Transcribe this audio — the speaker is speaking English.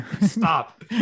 Stop